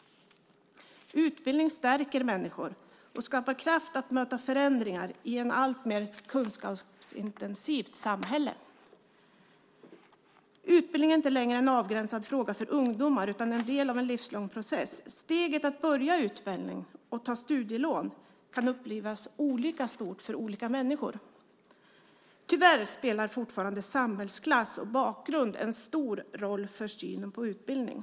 Utbildning stärker människor och skapar kraft att möta förändringar i ett alltmer kunskapsintensivt samhälle. Utbildning är inte längre en avgränsad fråga för ungdomar utan en del av en livslång process. Steget att börja utbildning och ta studielån kan upplevas olika stort för olika människor. Tyvärr spelar fortfarande samhällsklass och bakgrund en stor roll för synen på utbildning.